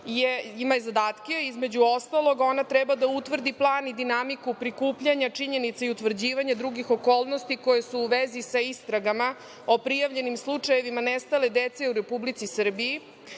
ima zadatke, između ostalog, ona treba da utvrdi plan i dinamiku prikupljanja činjenica i utvrđivanja drugih okolnosti koje su u vezi sa istragama o prijavljenim slučajevima nestale dece u Republici Srbiji